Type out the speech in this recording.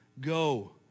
go